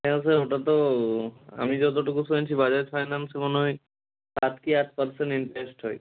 হ্যাঁ স্যার ওটা তো আমি যতটুকু শুনেছি বাজাজ ফাইন্যান্সে মনে হয় সাত কি আট পার্সেন্ট ইন্টারেস্ট হয়